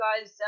guy's